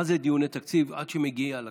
מה זה דיוני תקציב עד שזה מגיע לכנסת?